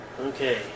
Okay